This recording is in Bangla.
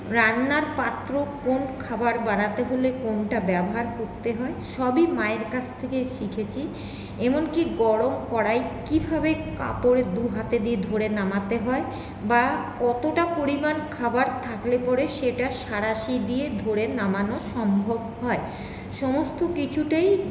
রান্নার পাত্র কোন খাবার বাড়াতে হলে কোনটা ব্যবহার করতে হয় সবই মায়ের কাছ থেকে শিখেছি এমনকি গরম কড়াই কীভাবে কাপড়ে দু হাতে দিয়ে ধরে নামাতে হয় বা কতটা পরিমাণ খাবার থাকলে পরে সেটা সাঁড়াশি দিয়ে ধরে নামানো সম্ভব হয় সমস্ত কিছুতেই